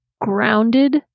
grounded